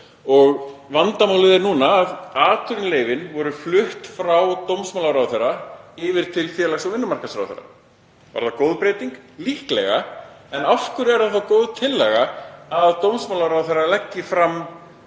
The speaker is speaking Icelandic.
og vandamálið er núna að atvinnuleyfin voru flutt frá dómsmálaráðherra yfir til félags- og vinnumarkaðsráðherra. Var það góð breyting? Líklega. En af hverju er það þá góð tillaga að dómsmálaráðherra leggi fram